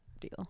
deal